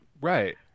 Right